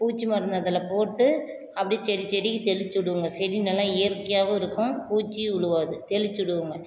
பூச்சி மருந்து அதில் போட்டு அப்படியே செடி செடிக்கு தெளிச்சு விடுவோம்ங்க செடி நல்லா இயற்கையாகவும் இருக்கும் பூச்சியும் உழுவாது தெளிச்சு விடுவோங்க